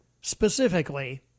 specifically